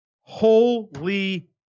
Holy